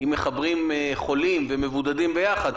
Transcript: אם מחברים חולים ומבודדים ביחד,